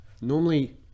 normally